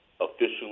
officially